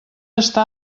està